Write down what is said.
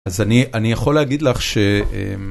אז אני, אני יכול להגיד לך ש...